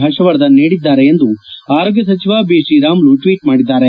ಪರ್ಷವರ್ದನ್ ನೀಡಿದ್ದಾರೆ ಎಂದು ಆರೋಗ್ಯ ಸಚಿವ ಬಿತ್ರೀರಾಮುಲು ಟ್ವೀಟ್ ಮಾಡಿದ್ದಾರೆ